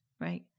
right